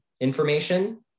information